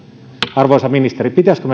arvoisa ministeri pitäisikö